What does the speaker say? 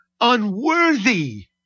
unworthy